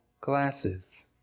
glasses